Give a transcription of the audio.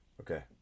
okay